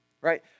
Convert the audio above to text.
right